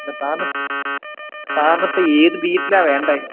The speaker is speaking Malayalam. അല്ല സാറിന് സാറിനിപ്പോള് ഏത് ബീറ്റിലാണ് വേണ്ടത്